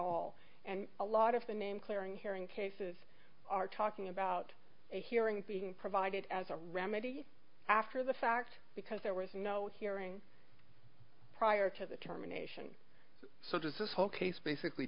all and a lot of the name clearing hearing cases are talking about a hearing being provided as a remedy after the fact because there was no hearing prior to the terminations this whole case basically